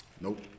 Nope